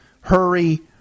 hurry